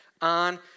on